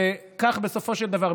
כך שבסופו של דבר,